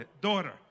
daughter